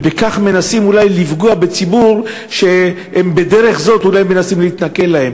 ובכך מנסים אולי לפגוע בציבור ובדרך זו אולי הם מנסים להתנכל לו.